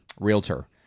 Realtor